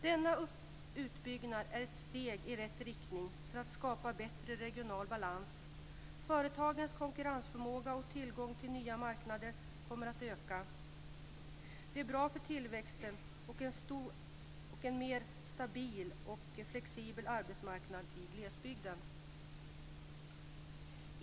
Denna utbyggnad är ett steg i rätt riktning för att skapa bättre regional balans. Företagens konkurrensförmåga och tillgång till nya marknader kommer att öka. Det är bra för tillväxten och en mer stabil och flexibel arbetsmarknad i glesbygden.